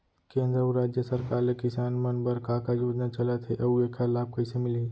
केंद्र अऊ राज्य सरकार ले किसान मन बर का का योजना चलत हे अऊ एखर लाभ कइसे मिलही?